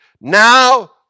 Now